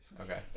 Okay